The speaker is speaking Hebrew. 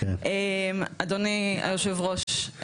אדוני היושב ראש,